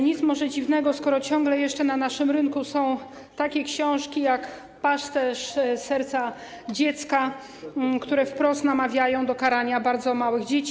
Nic może dziwnego, skoro ciągle jeszcze na naszym rynku są takie książki jak „Pasterz serca dziecka”, które wprost namawiają do karania bardzo małych dzieci.